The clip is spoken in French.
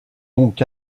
donc